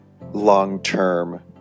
long-term